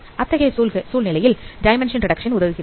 அத்தகைய சூழ்நிலையில் dimension reduction உதவுகிறது